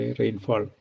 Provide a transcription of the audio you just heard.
rainfall